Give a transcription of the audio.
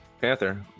Panther